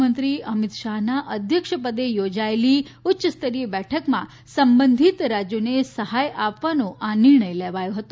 ગૃહમંત્રી અમિત શાહનાં અધ્યક્ષપદે યોજાયલી ઉચ્યસ્તરીય બેઠકમાં સંબંધીત રાજ્યોને સહાય આપવાનો આ નિર્ણય લેવાયો હતો